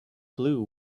blue